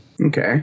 Okay